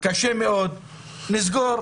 קשה מאוד, נסגור,